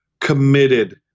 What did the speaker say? committed